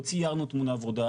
לא ציירנו תמונה ורודה.